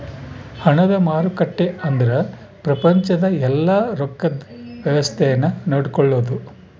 ಹಣದ ಮಾರುಕಟ್ಟೆ ಅಂದ್ರ ಪ್ರಪಂಚದ ಯೆಲ್ಲ ರೊಕ್ಕದ್ ವ್ಯವಸ್ತೆ ನ ನೋಡ್ಕೊಳೋದು